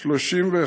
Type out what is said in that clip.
31